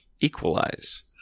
equalize